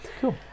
Cool